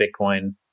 Bitcoin